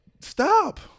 Stop